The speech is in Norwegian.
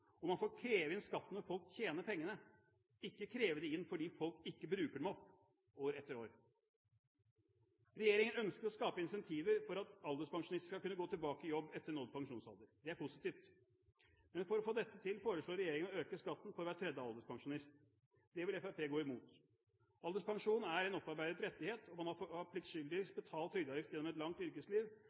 og man får kreve inn skatten når folk tjener pengene, ikke kreve dem inn fordi folk ikke bruker dem opp, år etter år. Regjeringen ønsker å skape incentiver for at alderspensjonister skal kunne gå tilbake i jobb etter nådd pensjonsalder. Det er positivt. Men for å få dette til foreslår regjeringen å øke skatten for hver tredje alderspensjonist. Det vil Fremskrittspartiet gå imot. Alderspensjon er en opparbeidet rettighet, og har man pliktskyldigst betalt trygdeavgift gjennom et langt yrkesliv,